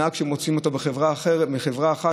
נהג שמוציאים אותו מחברה אחת,